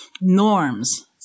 norms